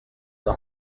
the